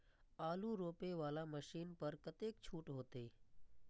आलू रोपे वाला मशीन पर कतेक छूट होते?